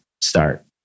start